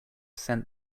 send